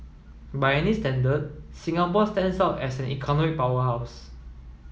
by any standard Singapore stands out as an economic powerhouse